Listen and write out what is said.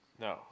No